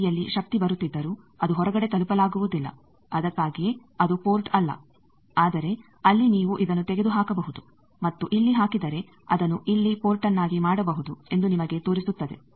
ಈ ತುದಿಯಲ್ಲಿ ಶಕ್ತಿ ಬರುತ್ತಿದ್ದರೂ ಅದು ಹೊರಗಡೆ ತಲುಪಲಾಗುವುದಿಲ್ಲ ಅದಕ್ಕಾಗಿಯೇ ಅದು ಪೋರ್ಟ್ ಅಲ್ಲ ಆದರೆ ಅಲ್ಲಿ ನೀವು ಇದನ್ನು ತೆಗೆದುಹಾಕಬಹುದು ಮತ್ತು ಇಲ್ಲಿ ಹಾಕಿದರೆ ಅದನ್ನು ಇಲ್ಲಿ ಪೋರ್ಟ್ನ್ನಾಗಿ ಮಾಡಬಹುದು ಎಂದು ನಿಮಗೆ ತೋರಿಸುತ್ತದೆ